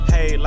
Hey